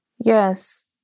Yes